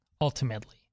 ultimately